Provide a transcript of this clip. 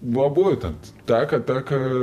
va būtent teka teka